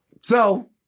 So-